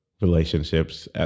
relationships